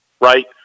right